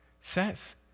says